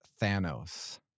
Thanos